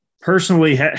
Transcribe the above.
Personally